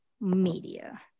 media